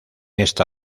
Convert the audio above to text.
esta